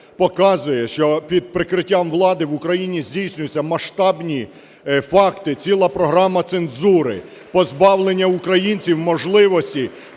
показує, що під прикриттям влади в Україні здійснюються масштабні факти, ціла програма цензури, позбавлення українців можливості